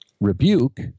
rebuke